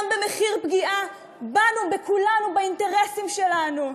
גם במחיר פגיעה בנו, בכולנו, באינטרסים שלנו.